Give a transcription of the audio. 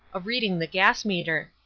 of reading the gas meter.